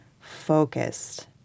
focused